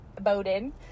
Bowden